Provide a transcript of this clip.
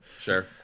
Sure